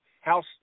House